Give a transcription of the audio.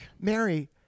Mary